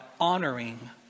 honoring